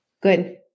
good